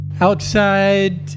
outside